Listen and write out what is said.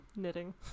knitting